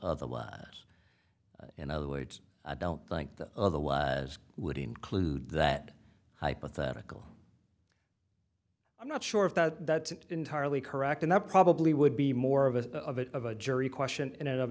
otherwise in other words i don't think the other way would include that hypothetical i'm not sure if that that's entirely correct and that probably would be more of a bit of a jury question in